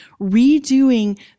redoing